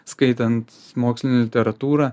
skaitant mokslinę literatūrą